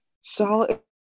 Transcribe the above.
Solid